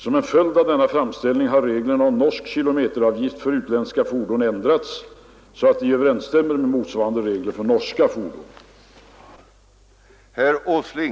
Som en följd av denna framställning har reglerna om norsk kilometeravgift för utländska fordon ändrats så att de överensstämmer med motsvarande regler för norska fordon.